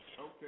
Okay